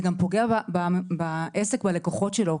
זה גם פוגע בעסק ובלקוחות שלו.